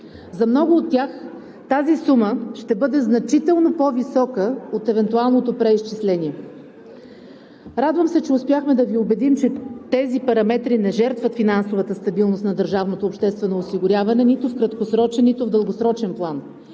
За много от тях тази сума ще бъде значително по-висока от евентуалното преизчисление. Радвам се, че успяхме да Ви убедим, че тези параметри не жертват финансовата стабилност на държавното обществено осигуряване нито в краткосрочен, нито в дългосрочен план.